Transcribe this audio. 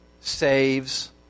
saves